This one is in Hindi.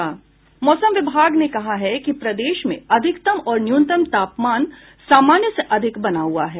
मौसम विभाग ने कहा है कि प्रदेश में अधिकतम और न्यूनतम तापमान सामान्य से अधिक बना हुआ है